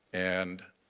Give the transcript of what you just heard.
and,